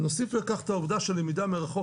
נוסיף לכך את העובדה שלמידה מרחוק,